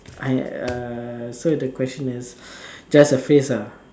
I uh so the question is just a phrase ah